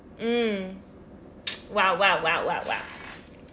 mm !wow! !wow! !wow! !wow! !wow!